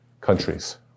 countries